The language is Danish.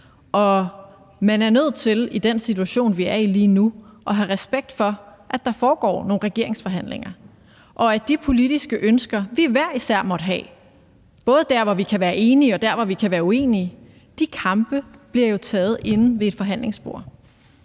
Man er nødt til i den situation, vi er i lige nu, at have respekt for, at der foregår nogle regeringsforhandlinger, og at de kampe om politiske ønsker, som parterne hver især måtte have, både hvor vi kan være enige, og hvor vi kan være uenige, jo bliver taget inde ved et forhandlingsbord.